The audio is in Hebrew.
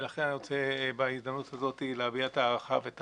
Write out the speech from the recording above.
ולכן אני רוצה בהזדמנות הזאת להביע את ההערכה ואת